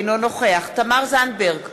אינו נוכח תמר זנדברג,